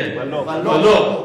כן, ולא.